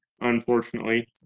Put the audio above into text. unfortunately